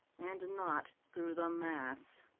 and not through the mass.